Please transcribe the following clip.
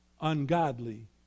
ungodly